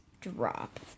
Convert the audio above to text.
drop